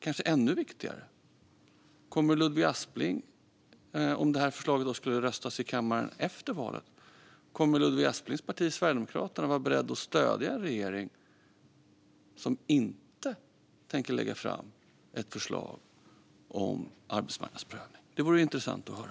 Kanske ännu viktigare att fråga sig är om förslaget kommer upp till röstning i kammaren efter valet, om Ludvig Asplings parti Sverigedemokraterna kommer att vara berett att stödja en regering som inte tänker lägga fram ett förslag om arbetsmarknadsprövning. Det vore intressant att höra.